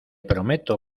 prometo